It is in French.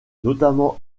notamment